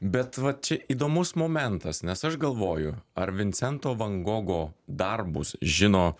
bet vat čia įdomus momentas nes aš galvoju ar vincento van gogo darbus žino